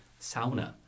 sauna